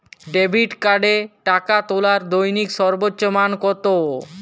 Debit কার্ডে টাকা তোলার দৈনিক সর্বোচ্চ মান কতো?